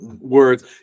Words